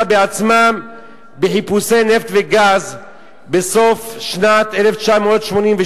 בעצמם בחיפושי נפט וגז בסוף שנת 1988,